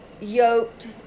yoked